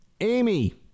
Amy